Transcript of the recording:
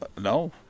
no